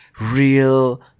real